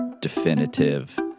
definitive